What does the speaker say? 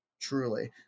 Truly